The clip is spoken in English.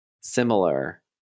similar